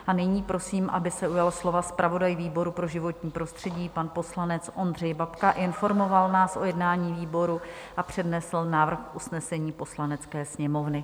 A nyní prosím, aby se ujal slova zpravodaj výboru pro životní prostředí, pan poslanec Ondřej Babka, informoval nás o jednání výboru a přednesl návrh usnesení Poslanecké sněmovny.